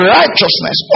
righteousness